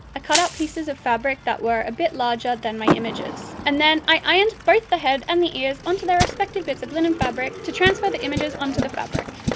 i cut out pieces of fabric that were a bit larger than my images. and then, i ironed both the head and the ears onto their respective bits of linen fabric to transfer the images onto the fabric.